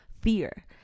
fear